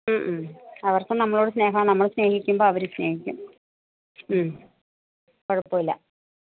ഉം ഉം അവര്ക്കും നമ്മളോട് സ്നേഹമാണ് നമ്മൾ സ്നേഹിക്കുമ്പം അവരും സ്നേഹിക്കും ഉം കുഴപ്പം ഇല്ല